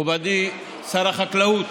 מכובדי שר החקלאות,